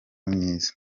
myiza